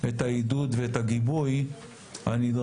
את העידוד ואת הגיבוי הנדרש,